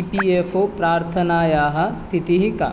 E P F O प्रार्थनायाः स्थितिः का